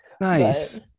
Nice